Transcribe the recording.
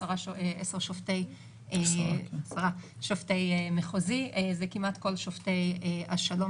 10 שופטי מחוזי זה כמעט כל שופטי השלום